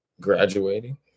Graduating